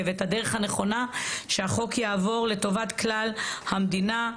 ואת הדרך הנכונה שהחוק יעבור לטובת כלל המדינה.